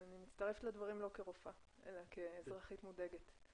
אני מצטרף לדברים לא כרופאה אלא כאזרחית מודאגת.